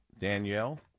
Danielle